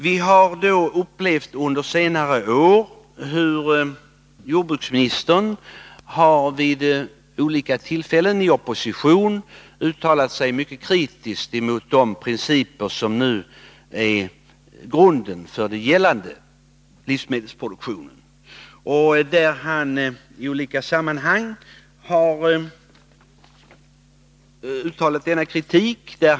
Vi har under senare år upplevt hur nuvarande jordbruksministern när han var i opposition vid olika tillfällen uttalade sig mycket kritiskt mot de principer som ligger till grund för den nuvarande livsmedelsproduktionen. Jordbruksministern har i olika sammanhang uttalat kritik.